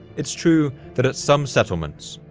it's true that at some settlements,